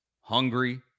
hungry